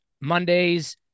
Mondays